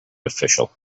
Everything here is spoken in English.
official